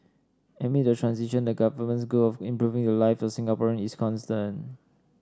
amid the transition the Government's goal of improving the lives of Singaporean is constant